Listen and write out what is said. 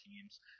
teams